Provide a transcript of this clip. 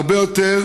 הרבה יותר,